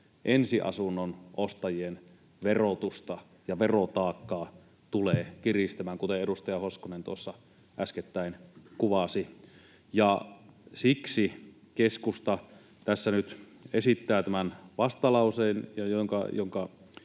ensiasunnon ostajien verotusta ja verotaakkaa tulee kiristämään, kuten edustaja Hoskonen tuossa äskettäin kuvasi. Siksi keskusta tässä nyt esittää tämän vastalauseen, jonka